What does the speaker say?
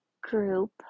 group